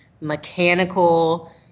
mechanical